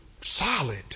solid